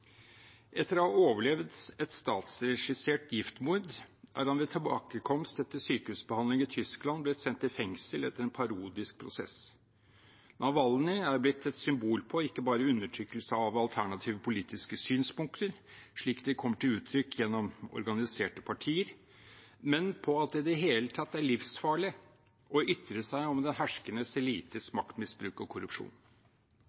Etter å ha overlevd et statsregissert giftmord er han ved tilbakekomst etter sykehusbehandling i Tyskland blitt sendt i fengsel etter en parodisk prosess. Navalnyj er blitt et symbol på ikke bare undertrykkelse av alternative politiske synspunkter slik de kommer til uttrykk gjennom organiserte partier, men også på at det i det hele tatt er livsfarlig å ytre seg om den herskende